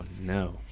no